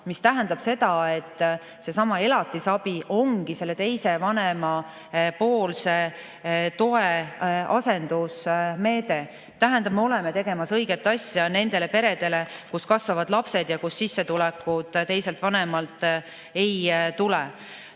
See tähendab, et seesama elatisabi ongi selle teise vanema toe asendusmeede. Tähendab, me oleme tegemas õiget asja nendele peredele, kus kasvavad lapsed ja kus sissetulekut teiselt vanemalt ei tule.